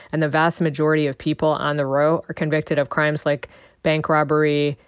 and the vast majority of people on the row are convicted of crimes like bank robbery,